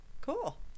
Cool